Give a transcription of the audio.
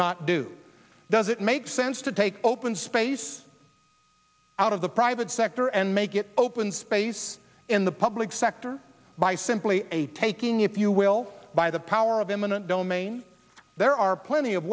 not do does it make sense to take open space out of the private sector and make it open space in the public sector by simply taking if you will by the power of eminent domain there are plenty of